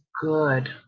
good